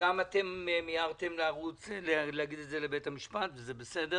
וגם אתם מיהרתם להגיד את זה לבית המשפט, וזה בסדר